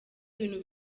ibintu